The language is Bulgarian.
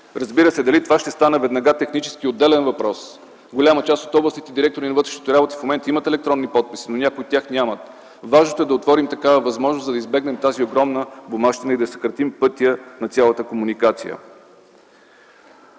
Разбира се, дали това ще стане веднага технически, е отделен въпрос. Голяма част от областните директори на вътрешните работи в момента имат електронни подписи, но някои от тях нямат. Важното е да отворим такава възможност, за да избегнем тази огромна бумащина и да съкратим пътя на цялата комуникация.